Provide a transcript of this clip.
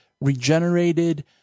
regenerated